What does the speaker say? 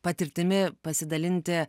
patirtimi pasidalinti